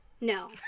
No